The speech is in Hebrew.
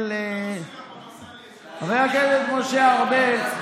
חבר הכנסת משה ארבל,